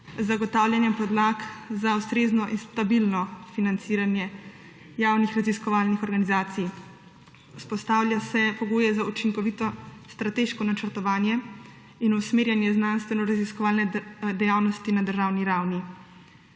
zagotavljanjem podlag za ustrezno in stabilno financiranje javnih raziskovalnih organizacij. Vzpostavlja se pogoje za učinkovito strateško načrtovanje in usmerjanje znanstvenoraziskovalne dejavnosti na državni ravni.